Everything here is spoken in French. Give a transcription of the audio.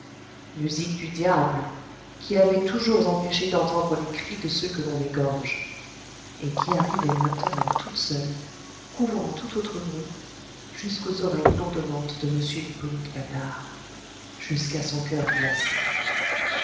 musique du diable qui avait toujours empêché d'entendre les cris de ceux que l'on égorge et qui arrivait maintenant toute seule couvrant tout autre bruit jusqu'aux oreilles bourdonnantes de m hippolyte patard jusqu'à son coeur glacé